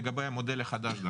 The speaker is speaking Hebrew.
יש לי מספר שאלות לגבי המודל החדש.